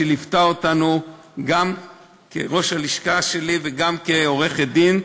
שליוותה אותנו גם כראש הלשכה שלי וגם כעורכת-דין,